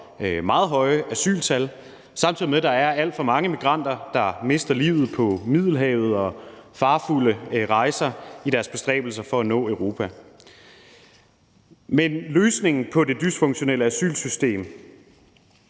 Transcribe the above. meget høje asyltal, samtidig med at der er alt for mange immigranter, der mister livet på Middelhavet og ved farefulde rejser i deres bestræbelser for at nå Europa. Men løsningen på det dysfunktionelle asylsystem